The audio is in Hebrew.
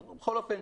בכל אופן,